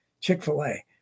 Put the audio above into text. Chick-fil-A